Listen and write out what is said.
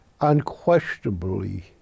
unquestionably